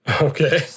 Okay